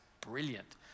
brilliant